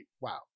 Wow